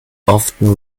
often